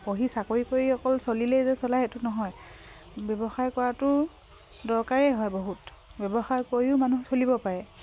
পঢ়ি চাকৰি কৰি অকল চলিলেই যে চলায় সেইটো নহয় ব্যৱসায় কৰাটো দৰকাৰেই হয় বহুত ব্যৱসায় কৰিও মানুহ চলিব পাৰে